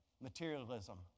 materialism